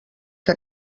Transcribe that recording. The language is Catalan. que